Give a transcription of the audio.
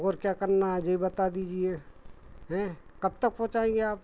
और क्या करना है ये बता दीजिए हैं कब तक पहुँचाएंगे आप